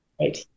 Right